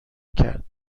کرد